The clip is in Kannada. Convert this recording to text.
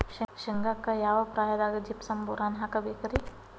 ಶೇಂಗಾಕ್ಕ ಯಾವ ಪ್ರಾಯದಾಗ ಜಿಪ್ಸಂ ಬೋರಾನ್ ಹಾಕಬೇಕ ರಿ?